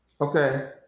Okay